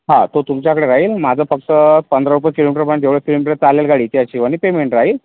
हां तो तुमच्याकडं राहील माझं फक्त पंधरा रुपये किलोमीटरप्रमाणे जेवढं किलोमीटर चालेल गाडी त्या हिशोबाने पेमेंट राहील